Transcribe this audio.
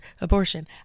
abortion